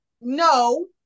No